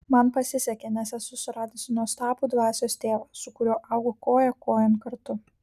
man pasisekė nes esu suradusi nuostabų dvasios tėvą su kuriuo augu koja kojon kartu